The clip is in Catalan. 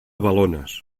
balones